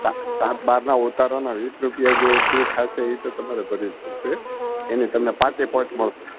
સાત સાત બારના ઉતરાણ વીસ રૂપિયા જે ફ્રી થશે ઈ તો તમારે ભરવી પડશે એને તમને પાંત્રી પોઈન્ટ મળશે